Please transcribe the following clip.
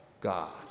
God